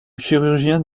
chirurgien